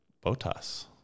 botas